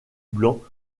blanc